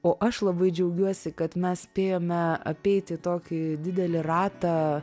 o aš labai džiaugiuosi kad mes spėjome apeiti tokį didelį ratą